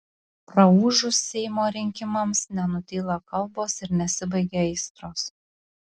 praūžus seimo rinkimams nenutyla kalbos ir nesibaigia aistros